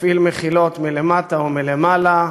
הפעיל מחילות מלמטה ומלמעלה,